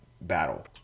battle